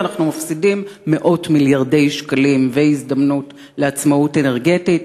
ואנחנו מפסידים מאות מיליארדי שקלים והזדמנות לעצמאות אנרגטית.